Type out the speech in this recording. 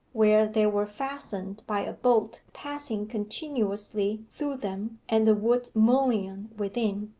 where they were fastened by a bolt passing continuously through them and the wood mullion within,